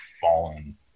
fallen